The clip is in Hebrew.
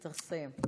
צריך לסיים.